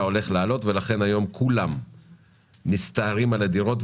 הולך לעלות ולכן היום כולם מסתערים על הדירות.